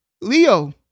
Leo